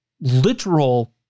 literal